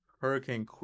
Hurricane